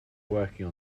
working